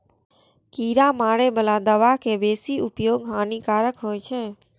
कीड़ा मारै बला दवा के बेसी उपयोग हानिकारक होइ छै